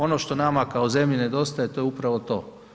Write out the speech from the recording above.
Ono što nama kao zemlji nedostaje je upravo to.